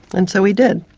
and so he did.